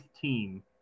team